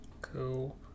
cool